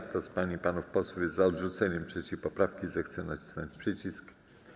Kto z pań i panów posłów jest za odrzuceniem 3. poprawki, zechce nacisnąć przycisk.